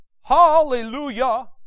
Hallelujah